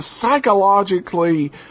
psychologically